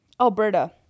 alberta